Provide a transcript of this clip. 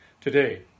today